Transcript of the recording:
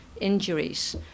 injuries